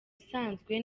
usanzwe